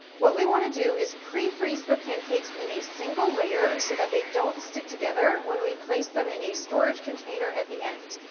what we wanna do is pre-freeze the pancakes in a single layer so that they don't stick together when we place them in a storage container at the end.